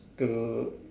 to